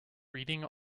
reading